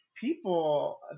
people